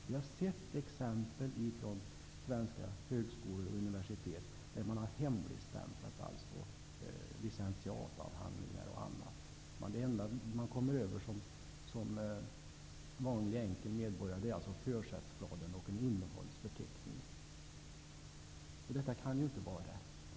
Vi har när det gäller svenska högskolor och universitet sett exempel på att licentiatavhandlingar o.d. har hemligstämplats. Det enda som den vanlige medborgaren kommer över är försättsblad och innehållsförteckning. Det kan inte vara rätt.